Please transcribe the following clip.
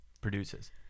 produces